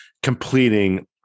completing